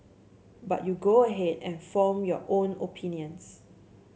but you go ahead and form your own opinions